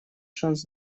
шанс